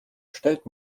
stellt